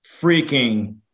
freaking